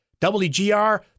WGR